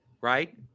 right